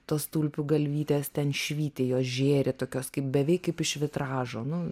tos tulpių galvytės ten švyti jos žėri tokios kaip beveik kaip iš vitražo nu